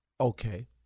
Okay